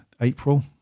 April